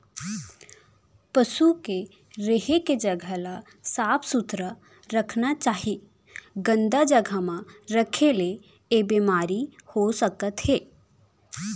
पसु के रहें के जघा ल साफ सुथरा रखना चाही, गंदा जघा म राखे ले ऐ बेमारी हो सकत हे